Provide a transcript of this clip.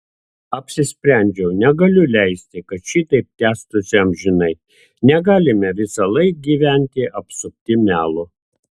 apsisprendžiau negaliu leisti kad šitaip tęstųsi amžinai negalime visąlaik gyventi apsupti melo